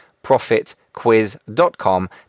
ProfitQuiz.com